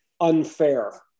unfair